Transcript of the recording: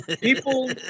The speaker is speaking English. People